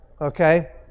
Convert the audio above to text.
okay